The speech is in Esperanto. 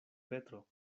petro